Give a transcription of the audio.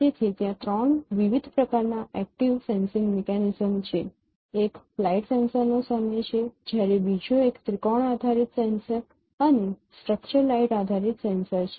તેથી ત્યાં ત્રણ વિવિધ પ્રકારના એક્ટિવ સેન્સિંગ મિકેનિઝમ્સ છે એક ફ્લાઇટ સેન્સરનો સમય છે જ્યારે બીજો એક ત્રિકોણ આધારિત સેન્સર અને સ્ટ્રક્ચર્ડ લાઇટ આધારિત સેન્સર છે